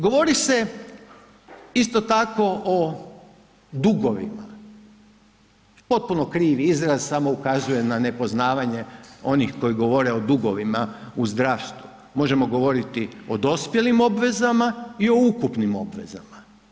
Govori se isto tako o dugovima, potpuno krivi izraz samo ukazuje na nepoznavanje onih koji govore o dugovima u zdravstvu, možemo govoriti o dospjelim obvezama i o ukupnim obvezama.